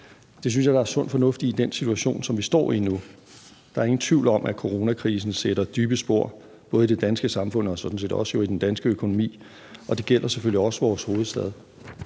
Det synes jeg der er sund fornuft i i den situation, som vi står i nu. Der er ingen tvivl om, at coronakrisen sætter dybe spor, både i det danske samfund og sådan set også i den danske økonomi, og det gælder selvfølgelig også for vores hovedstad.